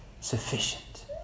sufficient